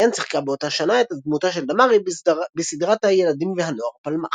דיין שיחקה באותה שנה את דמותה של דמארי בסדרת הילדים והנוער פלמ"ח.